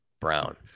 Brown